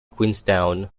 queenstown